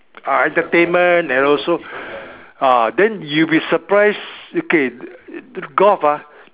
ah entertainment and also ah then you'll be surprised okay golf ah